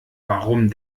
warum